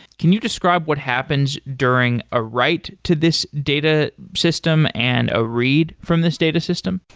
can you describe what happens during a write to this data system and a read from this data system?